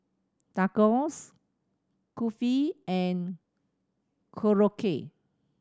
Tacos Kulfi and Korokke